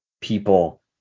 people